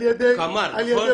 על ידי